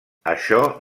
això